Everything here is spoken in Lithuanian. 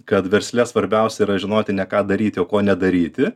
kad versle svarbiausia yra žinotine ką darytio ko nedaryti